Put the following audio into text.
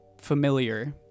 familiar